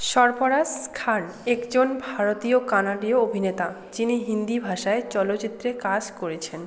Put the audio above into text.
সরফরাজ খান একজন ভারতীয় কানাডিয় অভিনেতা যিনি হিন্দি ভাষায় চলচ্চিত্রে কাজ করেছেন